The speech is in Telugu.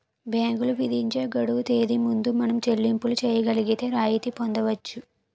బ్యాంకులు విధించే గడువు తేదీ ముందు మనం చెల్లింపులు చేయగలిగితే రాయితీ పొందవచ్చు